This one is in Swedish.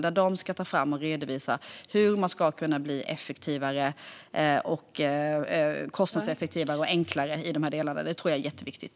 De ska ta fram och redovisa hur de här delarna ska kunna bli mer effektiva, mer kostnadseffektiva och enklare. Jag tror att det är jätteviktigt.